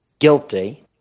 guilty